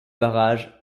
barrages